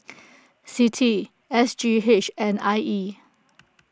Citi S G H and I E